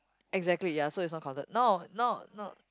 exactly ya so it's not counted no no no